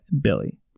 Billy